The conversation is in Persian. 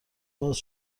باز